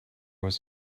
was